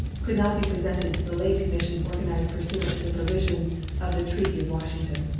could not be presented to the late commission organized pursuant to the provisions of the treaty of washington.